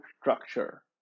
structure